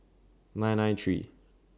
nine nine three